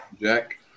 Jack